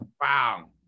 Wow